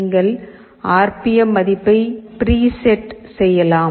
நீங்கள் R P M மதிப்பை preset செய்யலாம்